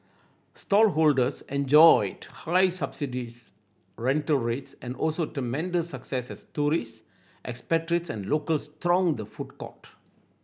stallholders enjoyed highly subsidised rental rates and also tremendous success as tourist expatriates and locals thronged the food centre